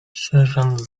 sierżant